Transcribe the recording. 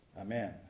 Amen